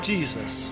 Jesus